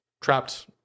trapped